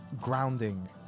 grounding